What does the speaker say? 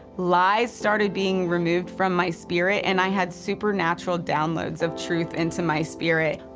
lies started being removed from my spirit and i had supernatural downloads of truth into my spirit.